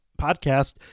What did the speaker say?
podcast